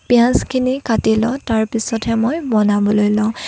পিয়াঁজখিনি কাটি লওঁ তাৰ পিছতহে মই বনাবলৈ লওঁ